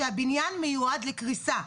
שהבניין מיועד לקריסה.